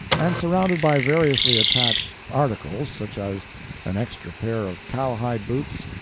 and surrounded by variously attached articles such as an extra pair of cowhide boots,